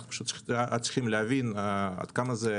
אנחנו פשוט צריכים להבין עד כמה זה